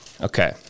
Okay